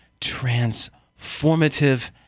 transformative